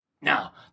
now